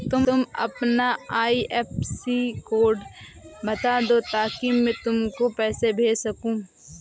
तुम अपना IFSC code बता दो ताकि मैं तुमको पैसे भेज सकूँ